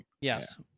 yes